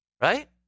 Right